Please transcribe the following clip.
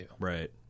Right